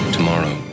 Tomorrow